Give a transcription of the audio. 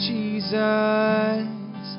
Jesus